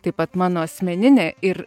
taip pat mano asmeninė ir